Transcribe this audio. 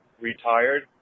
retired